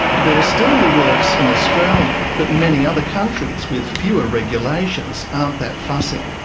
they're still in the works in australia, but many other countries with fewer regulations aren't that fussy.